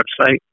website